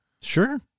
Sure